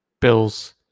Bills